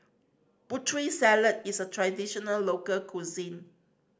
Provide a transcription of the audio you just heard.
Putri Salad is a traditional local cuisine